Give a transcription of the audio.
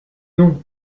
non